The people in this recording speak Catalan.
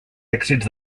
èxits